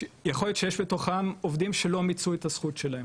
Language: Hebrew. שיכול להיות שיש מתוכם עובדים שלא מיצו את הזכות שלהם,